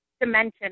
dimension